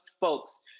folks